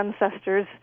ancestors